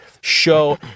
show